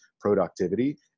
productivity